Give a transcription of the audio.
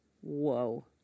Whoa